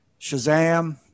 Shazam